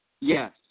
Yes